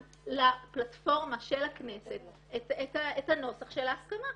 לפלטפורמה של הכנסת את הנוסח של ההסכמה.